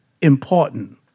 important